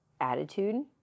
attitude